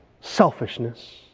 selfishness